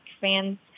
fans